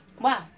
Wow